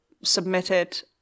submitted